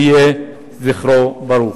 יהי זכרו ברוך.